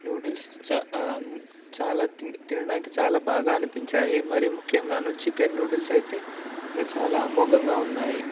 noodles చాలా తినడానికి బాగా అనిపించాయి మరియు ముఖ్యంగా చికెన్ నూడుల్స్ అయితే ఇంకా చాలా అమోఘంగా ఉన్నాయి